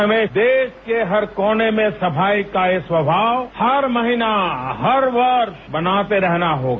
हमें देश के हर कोने में सफाई का यह स्वभाव हर महीने हर वर्ष मनाते रहना होगा